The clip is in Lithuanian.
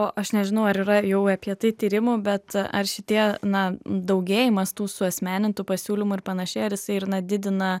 o aš nežinau ar yra jau apie tai tyrimų bet ar šitie na daugėjimas tų suasmenintų pasiūlymų ir panašiai ar jisai didina